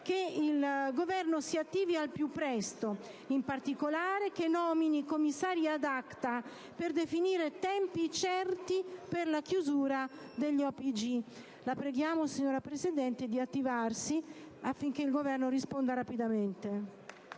che il Governo si attivi al più presto, in particolare che nomini commissari *ad acta* per definire tempi certi per la chiusura degli OPG. La preghiamo dunque, signora Presidente, di sollecitare il Governo affinché risponda